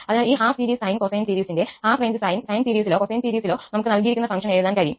അതിനാൽ ഈ half series sine അല്ലെങ്കിൽ കൊസൈൻ സീരീസിന്റെ സൈൻ സീരീസിലോ കൊസൈൻ സീരീസിലോ നമുക്ക് നൽകിയിരിക്കുന്ന ഫംഗ്ഷൻ എഴുതാൻ കഴിയുക